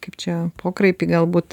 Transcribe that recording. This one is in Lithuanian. kaip čia pokraipį galbūt